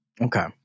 Okay